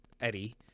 Eddie